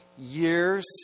years